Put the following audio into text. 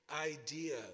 idea